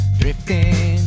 drifting